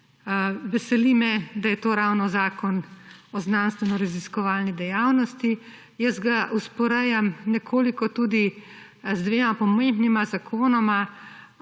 Veseli me, da je to ravno zakon o znanstvenoraziskovalni dejavnosti. Jaz ga vzporejam nekoliko tudi z dvema pomembnima zakonoma